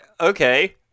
okay